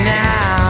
now